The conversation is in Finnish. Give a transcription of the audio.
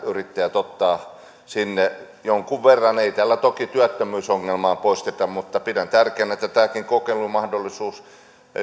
yrittäjät ottavat sinne jonkun verran ei tällä toki työttömyysongelmaa poisteta mutta pidän tärkeänä että tämäkin kokeilumahdollisuus